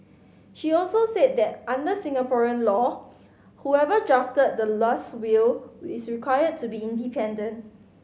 she also said that under Singaporean law whoever drafted the last will is required to be independent